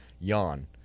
yawn